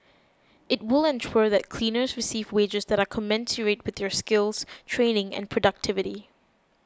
it will ensure that cleaners receive wages that are commensurate with their skills training and productivity